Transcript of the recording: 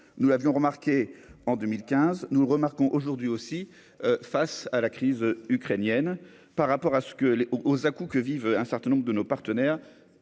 nous avions remarqué en 2015, nous remarquons aujourd'hui aussi face à la crise ukrainienne par rapport à ce que les eaux aux à-coups que vivent un certain nombre de nos partenaires